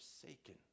forsaken